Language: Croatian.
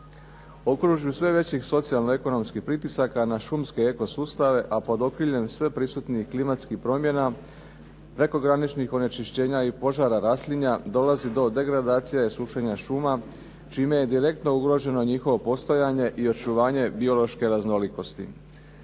Okružen sve većih socijalno-ekonomskih pritisaka na šumske eko sustave, a pod okriljem sve prisutnih klimatskih promjena, prekograničnih onečišćenja i požara raslinja dolazi do degradacija i sušenja šuma čime je direktno ugroženo njihovo postojanje i očuvanje biološke raznolikosti.